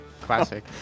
classic